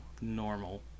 normal